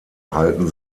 halten